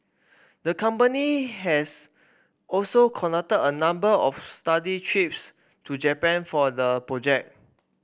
the company has also conducted a number of study trips to Japan for the project